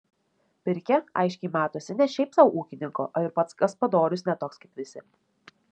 pirkia aiškiai matosi ne šiaip sau ūkininko o ir pats gaspadorius ne toks kaip visi